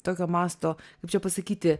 tokio masto kaip čia pasakyti